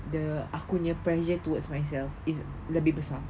the aku punya pressure towards myself is lebih besar